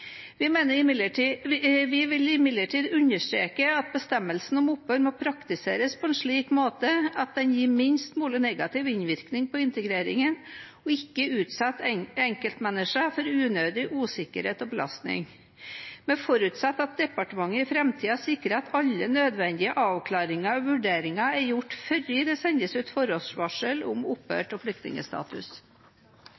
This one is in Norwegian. Vi vil imidlertid understreke at bestemmelsen om opphør må praktiseres på en slik måte at den gir minst mulig negativ innvirkning på integreringen og ikke utsetter enkeltmennesker for unødig usikkerhet og belastning. Vi forutsetter at departementet i framtiden sikrer at alle nødvendige avklaringer og vurderinger er gjort før det sendes ut forhåndsvarsel om opphør